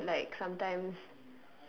actually like sometimes